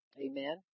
Amen